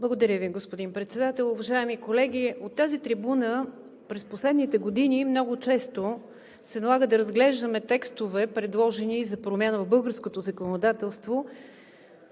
Благодаря Ви, господин Председател. Уважаеми колеги, от тази трибуна през последните години много често се налага да разглеждаме текстове, предложени за промяна в българското законодателство